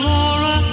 Laura